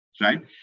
right